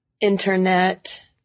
internet